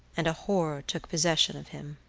and a horror took possession of him.